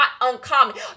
uncommon